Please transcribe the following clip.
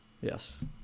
Yes